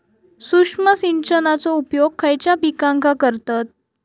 सूक्ष्म सिंचनाचो उपयोग खयच्या पिकांका करतत?